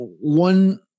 one